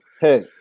Hey